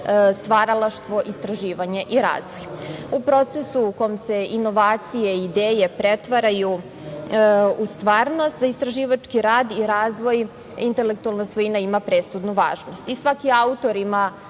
stvaralaštvo, istraživanje i razvoj. U procesu u kome se inovacije i ideje pretvaraju u stvarnost, istraživački rad i razvoj intelektualne svojina ima presudnu važnost. Svaki autor ima